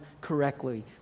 correctly